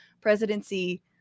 presidency